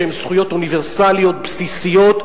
שהן זכויות אוניברסליות בסיסיות,